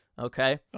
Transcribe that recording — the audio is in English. Okay